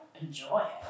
enjoy